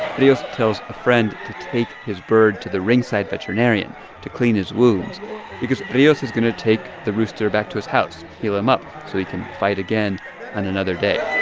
rios tells a friend to take his bird to the ringside veterinarian to clean his wounds because rios is going to take the rooster back to his house heal him up so he can fight again on another day